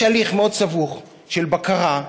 יש הליך סבוך מאוד של בקרה,